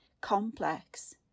complex